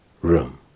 room